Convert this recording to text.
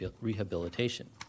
Rehabilitation